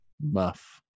muff